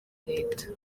leta